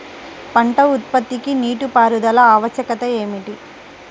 పంట ఉత్పత్తికి నీటిపారుదల ఆవశ్యకత ఏమిటీ?